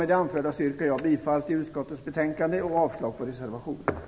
Med det anförda yrkar jag bifall till utskottets hemställan och avslag på reservationerna.